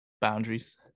boundaries